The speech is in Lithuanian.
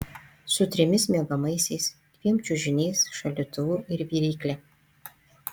su trimis miegamaisiais dviem čiužiniais šaldytuvu ir virykle